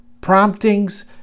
promptings